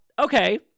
okay